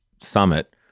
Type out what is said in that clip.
summit